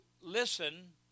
listen